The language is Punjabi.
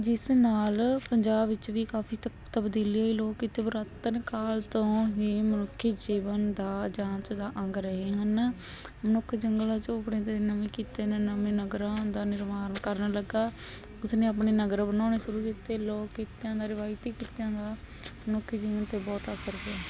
ਜਿਸ ਨਾਲ ਪੰਜਾਬ ਵਿੱਚ ਵੀ ਕਾਫੀ ਤਬ ਤਬਦੀਲੀ ਲੋਕ ਇੱਥੇ ਪੁਰਾਤਨ ਕਾਲ ਤੋਂ ਹੀ ਮਨੁੱਖੀ ਜੀਵਨ ਦਾ ਜਾਂਚ ਦਾ ਅੰਗ ਰਹੇ ਹਨ ਮਨੁੱਖ ਜੰਗਲਾਂ ਝੋਪੜੇ ਦੇ ਨਵੇਂ ਕਿੱਤੇ ਅਤੇ ਨਵੇਂ ਨਗਰਾਂ ਦਾ ਨਿਰਮਾਣ ਕਰਨ ਲੱਗਾ ਉਸ ਨੇ ਆਪਣੇ ਨਗਰ ਬਣਾਉਣੇ ਸ਼ੁਰੂ ਕੀਤੇ ਲੋਕ ਕਿੱਤਿਆਂ ਦਾ ਰਵਾਇਤੀ ਕਿੱਤਿਆਂ ਦਾ ਮਨੁੱਖੀ ਜੀਵਨ 'ਤੇ ਬਹੁਤ ਅਸਰ ਪਿਆ ਹੈ